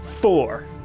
four